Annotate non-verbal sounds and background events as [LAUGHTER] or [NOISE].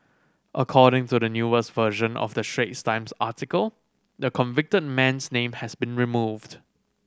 according to the newest version of the [UNINTELLIGIBLE] Times article the convicted man's name has been removed